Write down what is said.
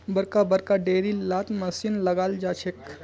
बड़का बड़का डेयरी लात मशीन लगाल जाछेक